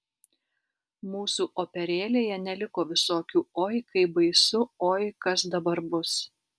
mūsų operėlėje neliko visokių oi kaip baisu oi kas dabar bus